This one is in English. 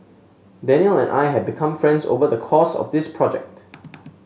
Danial and I have become friends over the course of this project